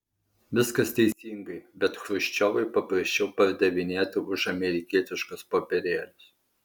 viskas teisingai bet chruščiovui paprasčiau pardavinėti už amerikietiškus popierėlius